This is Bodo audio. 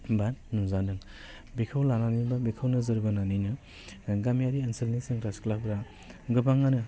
बा नुजादों बेखौ लानानै बा बेखौ नोजोर बोनानैनो गामियारि ओनसोलनि सेंग्रा सिख्लाफ्रा गोबाङानो